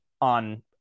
on